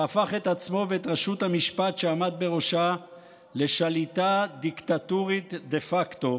שהפך את עצמו ואת רשות המשפט שעמד בראשה לשליטה דיקטטורית דה פקטו,